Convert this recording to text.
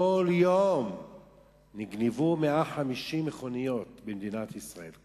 יום נגנבו 150 מכוניות במדינת ישראל.